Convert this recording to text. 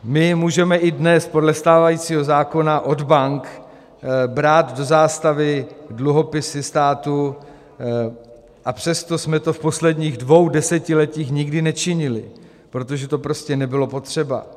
My můžeme i dnes podle stávajícího zákona od bank brát do zástavy dluhopisy státu, a přesto jsme to v posledních dvou desetiletích nikdy nečinili, protože to prostě nebylo potřeba.